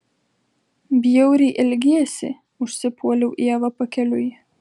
bjauriai elgiesi užsipuoliau ievą pakeliui